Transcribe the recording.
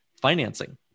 financing